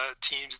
teams